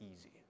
easy